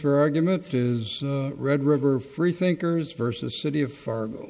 for argument is red river freethinkers versus city of fargo